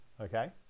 Okay